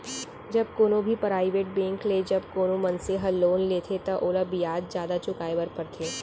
जब कोनो भी पराइबेट बेंक ले जब कोनो मनसे ह लोन लेथे त ओला बियाज जादा चुकाय बर परथे